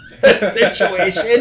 situation